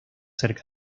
cerca